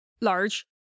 large